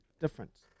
difference